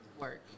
Work